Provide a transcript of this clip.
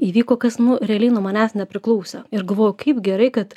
įvyko kas nu realiai nuo manęs nepriklausė ir galvoju kaip gerai kad